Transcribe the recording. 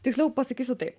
tiksliau pasakysiu taip